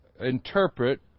interpret